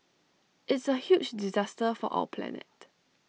it's A huge disaster for our planet